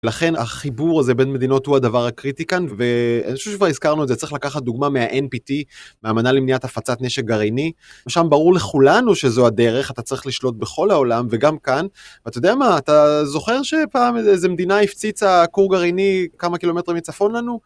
לכן החיבור הזה בין מדינות הוא הדבר הקריטי כאן, ואני חושב שכבר הזכרנו את זה, צריך לקחת דוגמה מה-NPT, מהאמנה למניעת הפצת נשק גרעיני, שם ברור לכולנו שזו הדרך, אתה צריך לשלוט בכל העולם, וגם כאן, ואתה יודע מה, אתה זוכר שפעם איזו מדינה הפציצה כור גרעיני כמה קילומטרים מצפון לנו?